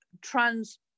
trans